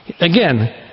again